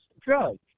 drug